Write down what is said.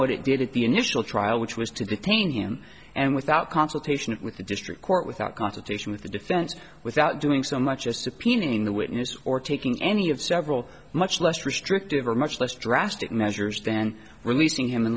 what it did at the initial trial which was to detain him and without consultation with the district court without consultation with the defense without doing so much as subpoenaing the witnesses or taking any of several much less restrictive or much less drastic measures then releasing him and